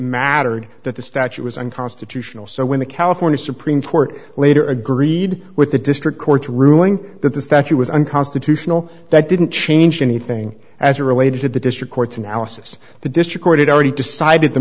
mattered that the statute was unconstitutional so when the california supreme court later agreed with the district court's ruling that the statute was unconstitutional that didn't change anything as are related to the district court's analysis the district court had already decided the